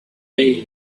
paid